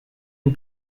and